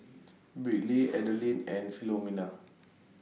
Briley Adeline and Philomena